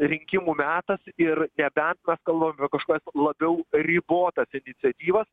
rinkimų metas ir nebent mes kalbame kažkokias labiau ribotas iniciatyvas